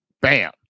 Bam